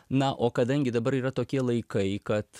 na o kadangi dabar yra tokie laikai kad